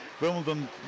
Wimbledon